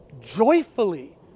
joyfully